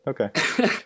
Okay